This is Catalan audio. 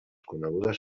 conegudes